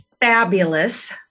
fabulous